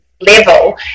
level